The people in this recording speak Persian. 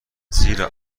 زیرا